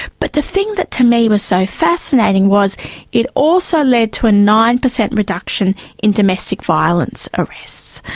but the thing that to me was so fascinating was it also led to a nine percent reduction in domestic violence arrests.